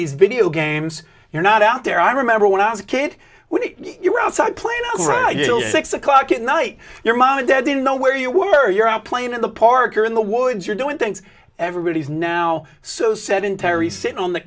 these video games you're not out there i remember when i was a kid when you were outside playing six o'clock at night your mom and dad didn't know where you were you're out playing in the park or in the woods you're doing things everybody's now so sedentary sitting on the